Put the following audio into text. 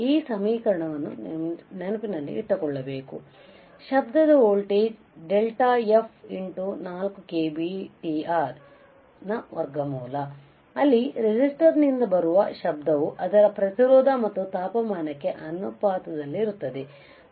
ಈ ಸಮೀಕರಣವನ್ನು ನೆನಪಿಟ್ಟುಕೊಳ್ಳಬೇಕು ಶಬ್ದದ voltage delta F X 4 k B T R ಯ ವರ್ಗಮೂಲ ಅಲ್ಲಿ ರೆಸಿಸ್ಟರ್ನಿಂದ ಬರುವ ಶಬ್ದವು ಅದರ ಪ್ರತಿರೋಧ ಮತ್ತು ತಾಪಮಾನಕ್ಕೆ ಅನುಪಾತದಲ್ಲಿರುತ್ತದೆ